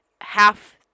half